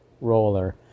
roller